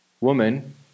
woman